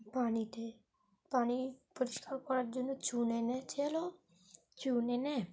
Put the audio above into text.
পানিতে পানি পরিষ্কার করার জন্য চুন এনেছিল চুন এনে